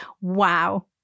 Wow